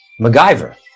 MacGyver